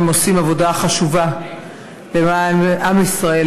הם עושים עבודה חשובה למען עם ישראל,